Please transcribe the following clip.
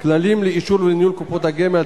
(כללים לאישור ולניהול קופות הגמל),